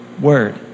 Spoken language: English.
word